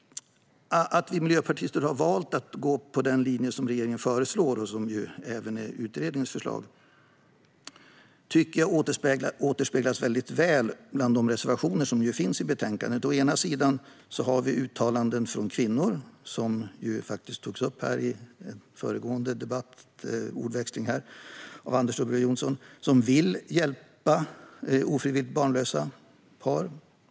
Att vi miljöpartister har valt att gå på den linje som regeringen föreslår och som även är utredningens förslag tycker jag återspeglas väl av de reservationer som finns i betänkandet. Å ena sidan har vi uttalanden från kvinnor som vill hjälpa ofrivilligt barnlösa par, vilket ju togs upp av Anders W Jonsson i föregående ordväxling här.